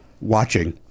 watching